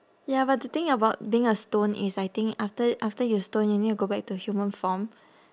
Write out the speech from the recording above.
ya but the thing about being a stone is I think after after you stone you need to go back to human form